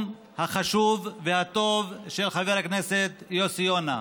החשוב והטוב של חבר הכנסת יוסי יונה.